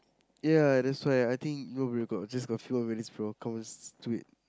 ya that's why I think no where got just got flow with this bro just do it